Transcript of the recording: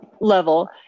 level